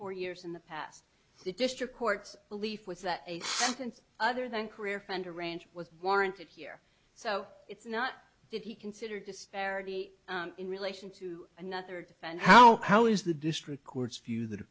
four years in the past the district court's belief was that a sense other than career offender range was warranted here so it's not that he considered disparity in relation to another and how how is the district court's view th